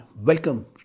welcome